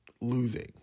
losing